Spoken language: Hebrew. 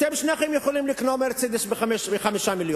אתם שניכם יכולים לקנות "מרצדס" ב-5 מיליונים.